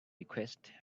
request